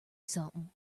something